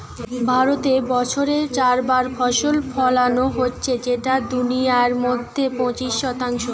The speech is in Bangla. ভারতে বছরে চার বার ফসল ফোলানো হচ্ছে যেটা দুনিয়ার মধ্যে পঁচিশ শতাংশ